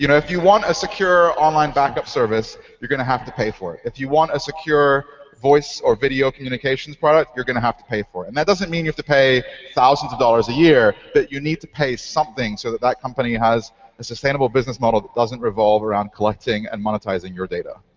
you know if you want a secure online backup service, you're going to have to pay for it. if you want a secure voice or video communications product, you're going to have to pay for it. and that doesn't mean you have to pay thousands of dollars a year but you need to pay something so that that company has a sustainable business model that doesn't revolve around collecting and monetizing your data.